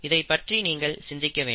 இதைப்பற்றி நீங்கள் சிந்திக்க வேண்டும்